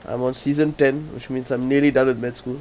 I'm on season ten which means I'm nearly done with med school